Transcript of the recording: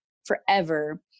forever